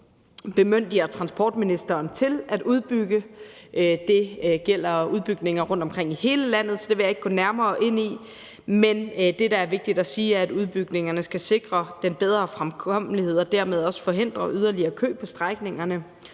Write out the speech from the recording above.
bemyndiger transportministeren til at udbygge. Det gælder udbygninger rundtomkring i hele landet, så det vil jeg ikke gå nærmere ind i, men det, der er vigtigt at sige, er, at udbygningerne skal sikre den bedre fremkommelighed og dermed også forhindre yderligere kø på strækningerne,